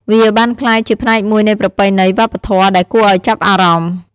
វាបានក្លាយជាផ្នែកមួយនៃប្រពៃណីវប្បធម៌ដែលគួរឱ្យចាប់អារម្មណ៍។